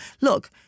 Look